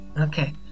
Okay